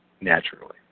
naturally